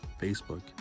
Facebook